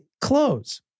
clothes